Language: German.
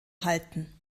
halten